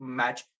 match